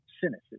cynicism